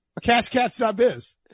CashCats.biz